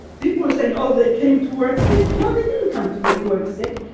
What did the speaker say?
people were saying, oh, they came to work sick. no, they didn't come to work sick.